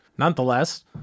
Nonetheless